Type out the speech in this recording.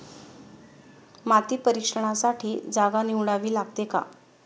माती परीक्षणासाठी जागा निवडावी लागते का?